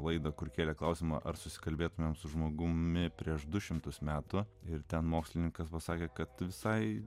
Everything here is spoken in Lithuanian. laidą kur kėlė klausimą ar susikalbėtumėme su žmogumi prieš du šimtus metų ir ten mokslininkas pasakė kad visai